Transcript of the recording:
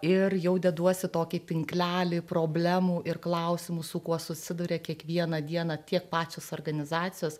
ir jau deduosi tokį tinklelį problemų ir klausimų su kuo susiduria kiekvieną dieną tiek pačios organizacijos